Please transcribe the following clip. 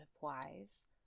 WISE